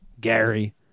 Gary